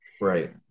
Right